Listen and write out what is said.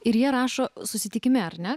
ir jie rašo susitikime ar ne